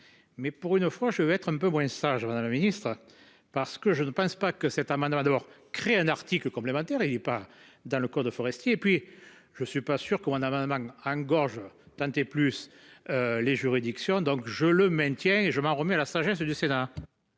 Mais pour une fois je vais être un peu moins sage Madame la Ministre parce que je ne pense pas que cet amendement a d'abord créer un article complémentaire, il est pas dans le code forestier et puis je suis pas sûr qu'on avait un amant engorgent. Plus. Les juridictions donc je le maintiens et je m'en remets à la sagesse du Sénat.